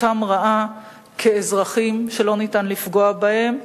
שאותם ראה כאזרחים שלא ניתן לפגוע בהם,